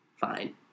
Fine